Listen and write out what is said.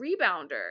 rebounder